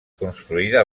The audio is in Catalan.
construïda